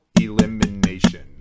elimination